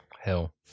hell